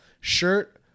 Shirt